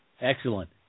Excellent